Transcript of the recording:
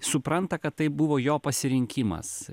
supranta kad tai buvo jo pasirinkimas